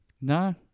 no